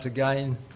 again